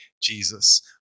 Jesus